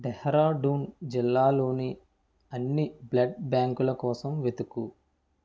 డెహ్రాడూన్ జిల్లాలోని అన్ని బ్లడ్ బ్యాంకుల కోసం వెతుకు